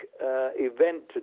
event